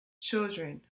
Children